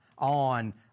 on